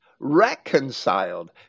reconciled